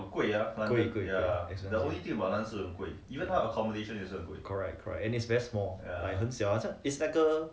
贵贵 expenses correct correct and is very small like 很小啊 is like a